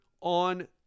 on